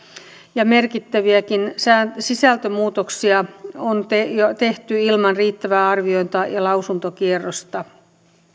ja merkittäviäkin sisältömuutoksia on tehty ilman riittävää arviota ja lausuntokierrosta